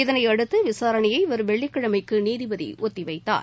இதனையடுத்து விசாரணையை வரும் வெள்ளிக்கிழமைக்கு நீதிபதி ஒத்திவைத்தார்